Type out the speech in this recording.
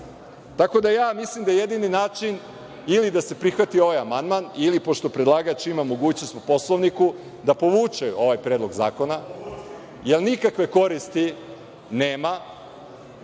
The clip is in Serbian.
da, ja mislim da je jedini način ili da se prihvati ovaj amandman ili, pošto predlagač ima mogućnost po Poslovniku, da povuče ovaj Predlog zakona, jer nikakve koristi nema